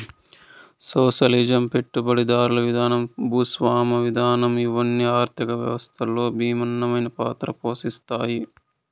socialism పెట్టుబడిదారీ విధానం భూస్వామ్య విధానం ఇవన్ని ఆర్థిక వ్యవస్థలో భిన్నమైన పాత్ర పోషిత్తాయి